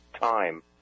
time